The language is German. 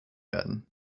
werden